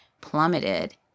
plummeted